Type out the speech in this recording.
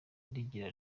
rigira